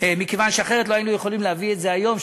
מכיוון שאחרת לא היינו יכולים להביא את זה היום,